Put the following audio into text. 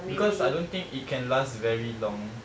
because I don't think it can last very long